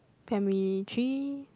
primary three